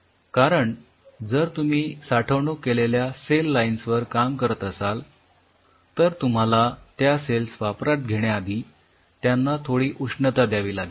कारण जर तुम्ही साठवणूक केलेल्या सेल लाईन्स वर काम करत असाल तर तुम्हाला त्या सेल्स वापरात घेण्याआधी त्यांना थोडी उष्णता द्यावी लागेल